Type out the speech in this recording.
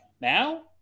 now